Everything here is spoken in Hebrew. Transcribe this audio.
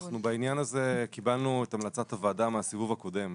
בעניין הזה אנחנו קיבלנו את המלצת הוועדה מהסיבוב הקודם,